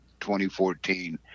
2014